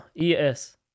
E-S